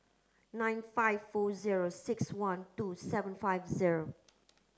nine five four zero six one two seven five zero